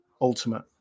Ultimate